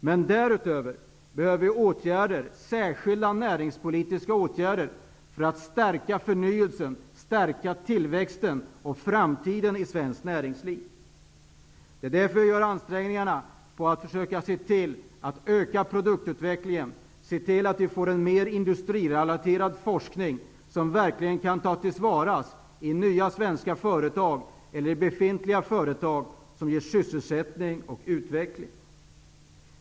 Men därutöver behövs särskilda näringspolitiska åtgärder för att stärka förnyelsen, tillväxten och tron på framtiden i svenskt näringsliv. Det är därför vi gör ansträngningar att öka takten på produktutvecklingen och få en mer industrirelaterad forskning som verkligen kan tas till vara i nya svenska företag och i befintliga företag och som kan leda till sysselsättning och mer utveckling.